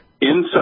inside